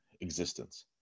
existence